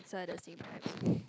so other team right